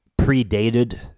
predated